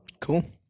cool